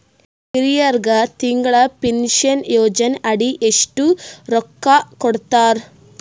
ಹಿರಿಯರಗ ತಿಂಗಳ ಪೀನಷನಯೋಜನ ಅಡಿ ಎಷ್ಟ ರೊಕ್ಕ ಕೊಡತಾರ?